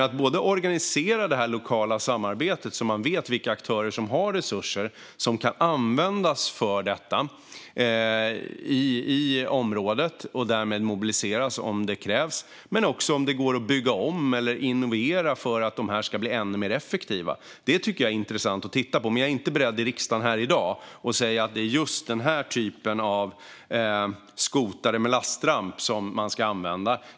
Att både organisera det här lokala samarbetet så att man vet vilka lokala aktörer som har resurser som kan användas för detta i området och därmed kan mobiliseras om det krävs och att också, om det går, bygga om eller innovera för att det här ska bli ännu mer effektivt - det tycker jag är intressant att titta på. Man jag är inte beredd att här i dag i riksdagen säga att det är just den här typen av skotare med lastramp som man ska använda.